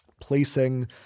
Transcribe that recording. placing